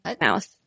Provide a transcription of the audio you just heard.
mouse